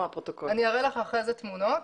אני אראה לך אחרי זה תמונות.